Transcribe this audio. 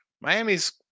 Miami's